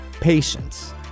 Patience